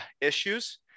issues